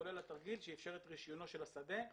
כולל התרגיל שאפשר את רישיוּנו של השדה.